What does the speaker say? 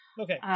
Okay